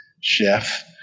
chef